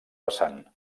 vessant